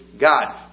God